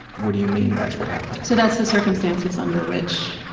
what do you mean that's what happened? so that's the circumstances under which,